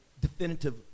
definitive